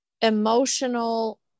emotional